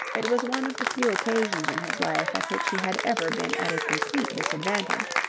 it was one of the few occasions in his life at which he had ever been at a complete disadvantage.